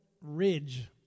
Ridge